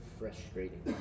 frustrating